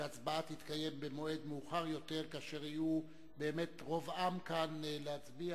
הוא שהצבעה תתקיים במועד מאוחר יותר כאשר יהיה רוב עם כאן להצביע